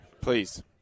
Please